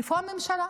איפה הממשלה?